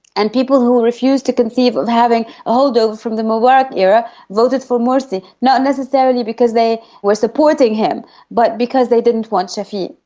and people who refused to conceive of having a holdover from the mubarak era voted for morsi, not necessarily because they were supporting him but because they didn't want shafik.